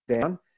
down